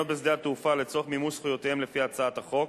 בשדה התעופה לצורך מימוש זכויותיהם לפי הצעת החוק,